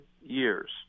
years